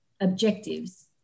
objectives